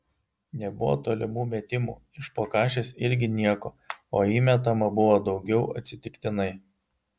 nebuvo tolimų metimų iš po kašės irgi nieko o įmetama buvo daugiau atsitiktinai